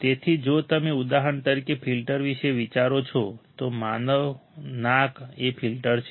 તેથી જો તમે ઉદાહરણ તરીકે ફિલ્ટર વિશે વિચારો છો તો માનવ નાક એ ફિલ્ટર છે